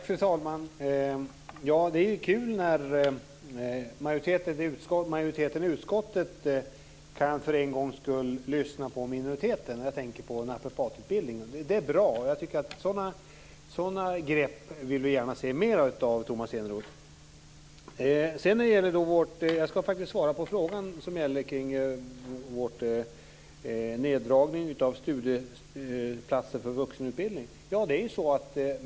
Fru talman! Det är kul när majoriteten i utskottet för en gångs skull lyssnar på minoriteten. Jag tänker på naprapatutbildningen. Det är bra. Sådana grepp vill vi gärna se mer av, Tomas Eneroth. Jag ska faktiskt svara på frågan om vår neddragning av studiestödsplatser för vuxenutbildning.